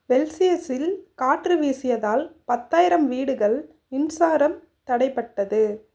வெல்ஸியஸில் காற்று வீசியதால் பத்தாயிரம் வீடுகள் மின்சாரம் தடைப்பட்டது